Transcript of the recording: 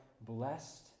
blessed